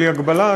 בלי הגבלה,